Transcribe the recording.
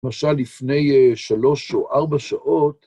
משל, לפני שלוש או ארבע שעות.